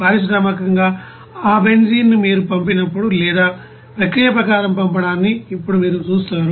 పారిశ్రామికంగా ఆ బెంజీన్ను మీరు పంపినప్పుడు లేదా ప్రక్రియ ప్రకారం పంపడాన్ని ఇప్పుడు మీరు చూస్తారు